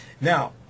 now